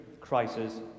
crisis